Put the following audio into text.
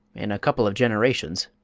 in a couple of generations,